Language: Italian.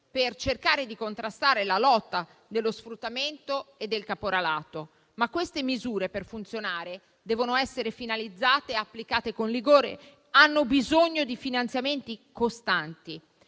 per cercare di contrastare lo sfruttamento e il caporalato, ma queste misure per funzionare devono essere finalizzate e applicate con vigore, hanno bisogno di finanziamenti costanti.